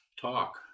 talk